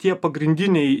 tie pagrindiniai